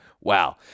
Wow